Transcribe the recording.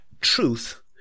Truth